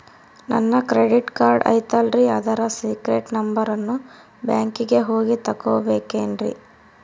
ನನ್ನ credit card ಐತಲ್ರೇ ಅದರ ಸೇಕ್ರೇಟ್ ನಂಬರನ್ನು ಬ್ಯಾಂಕಿಗೆ ಹೋಗಿ ತಗೋಬೇಕಿನ್ರಿ?